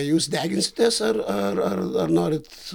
jūs deginsitės ar ar ar ar norit